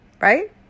Right